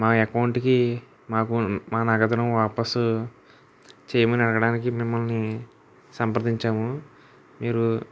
మా అకౌంట్కి మాకు మా నగదుని వాపసు చేయమని అడగడానికి మిమ్మల్ని సంప్రదించాము మీరు